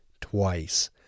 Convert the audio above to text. twice